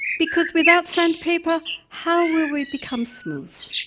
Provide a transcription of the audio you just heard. because without sandpaper how will we become smooth?